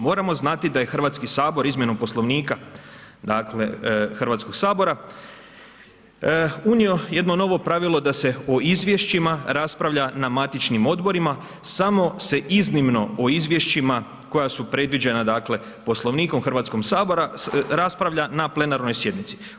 Moramo znati da je Hrvatski sabor izmjenom Poslovnika Hrvatskog sabora unio jedno novo pravilo da se o izvješćima raspravlja na matičnim odborima, samo se iznimno o izvješćima koja su predviđena Poslovnikom Hrvatskog sabora raspravlja na plenarnoj sjednici.